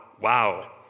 wow